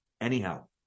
Anyhow